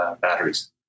batteries